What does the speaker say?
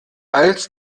als